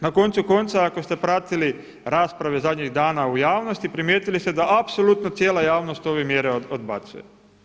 Na koncu konca ako ste pratili rasprave zadnjih dana u javnosti primijetili ste da apsolutno cijela javnost ove mjere odbacuje.